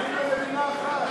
למדינה אחת.